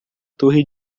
torre